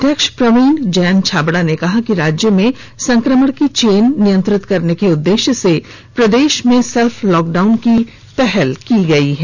अध्यक्ष प्रवीण जैन छाबड़ा ने कहा कि राज्य में संकमण की चेन नियंत्रित करने के उददेश्य से प्रदेश में सेल्फ लॉकडाउन की पहल की गई है